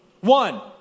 One